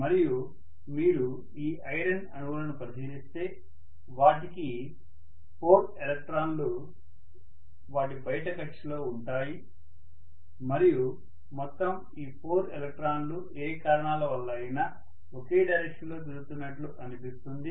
మరియు మీరు ఈ ఐరన్ అణువులను పరిశీలిస్తే వాటికి 4 ఎలక్ట్రాన్లు వాటి బయటి కక్ష్యలో ఉంటాయి మరియు మొత్తం ఈ 4 ఎలక్ట్రాన్లు ఏ కారణాల వల్ల అయినా ఒకే డైరెక్షన్ లో తిరుగుతున్నట్లు అనిపిస్తుంది